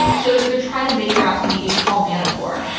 but so they're they're trying to make her out to be a paul manafort.